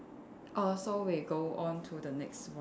err so we go on to the next one